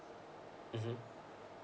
mmhmm